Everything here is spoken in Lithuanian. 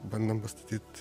bandom pastatyt